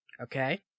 okay